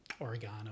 oregano